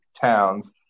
towns